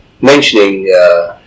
mentioning